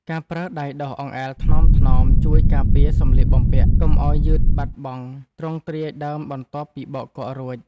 ការប្រើដៃដុសអង្អែលថ្នមៗជួយការពារសម្លៀកបំពាក់កុំឱ្យយឺតបាត់បង់ទ្រង់ទ្រាយដើមបន្ទាប់ពីបោកគក់រួច។